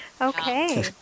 Okay